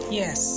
yes